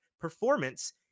performance